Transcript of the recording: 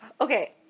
Okay